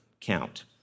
count